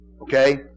Okay